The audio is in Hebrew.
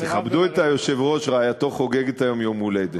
תכבדו את היושב-ראש, רעייתו חוגגת היום יום הולדת.